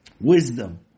wisdom